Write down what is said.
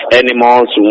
animals